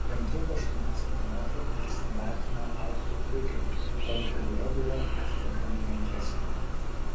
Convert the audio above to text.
jam trūko aštuonių centimetrų iki standartinio alfų ūgio o ir figūra buvo atitinkamai menkesnė